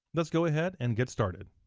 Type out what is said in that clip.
let's go ahead and get started.